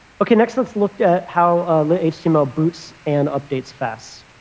ok. next let's look at how the lit-html boots and updates fast.